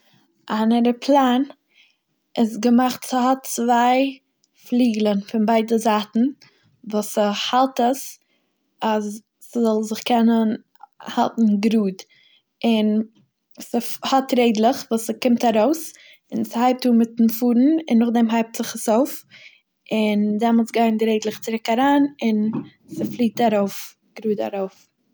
אן עראפלאן איז געמאכט ס'האט צוויי פליגלען פון ביידע זייטן וואס ס'האלט עס אז ס'זאל זיך קענען האלטן גראד, און ס'האט רעדלעך ס'קומט ארויס ס'הייבט אן מיטן פארן און נאכדעם הייבט זיך עס אויף און דעמאלטס גייען די רעדלעך צוריק אריין און ס'פליעט ארויף גראד ארויף.